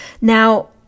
Now